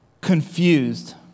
confused